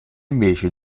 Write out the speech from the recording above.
invece